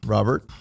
Robert